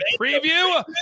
Preview